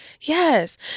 Yes